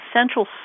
central